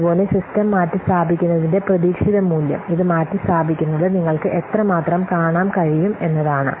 അതുപോലെ സിസ്റ്റം മാറ്റിസ്ഥാപിക്കുന്നതിന്റെ പ്രതീക്ഷിത മൂല്യം ഇത് മാറ്റിസ്ഥാപിക്കുന്നത് നിങ്ങൾക്ക് എത്രമാത്രം കാണാൻ കഴിയും എന്നതാണ്